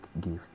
gift